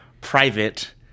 private